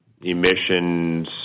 emissions